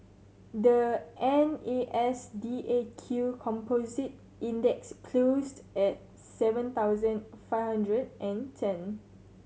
the N A S D A Q Composite Index closed at seven thousand five hundred and ten